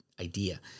idea